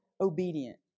obedient